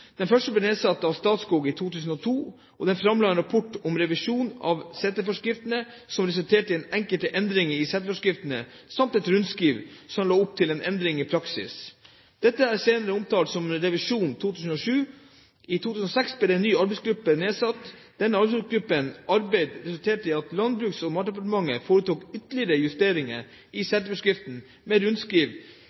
Den første ble nedsatt av Statskog i 2002, og den fremla en rapport om revisjon av seterforskriften som resulterte i enkelte endringer i seterforskriften samt et rundskriv som la opp til endringer i praksis. Dette er senere omtalt som «Revisjonen 2007». I 2006 ble en ny arbeidsgruppe nedsatt. Denne arbeidsgruppens arbeid resulterte i at Landbruks- og matdepartementet foretok ytterligere justeringer i seterforskriften med rundskriv,